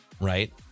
right